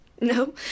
No